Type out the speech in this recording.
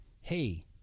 Hey